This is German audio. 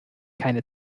keine